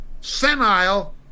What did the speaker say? senile